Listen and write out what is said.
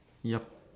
yup